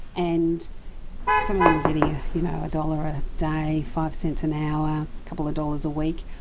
and some of them were getting you know a dollar a day, five cents an hour, a couple of dollars a week.